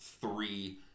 three